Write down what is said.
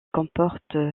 comporte